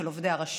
של עובדי הרשות.